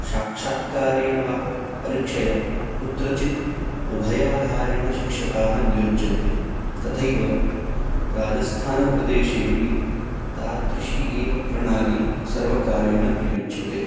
साक्षात्कारेण वा परीक्षया कुत्रचित् उभयाधारेण शिक्षकाः नियुज्यन्ते तथैव राजस्थानप्रदेशेऽपि तादृशी एव प्रणाली सर्वकारेण प्रयुज्यते